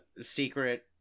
secret